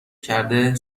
کرده